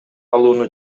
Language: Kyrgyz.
алууну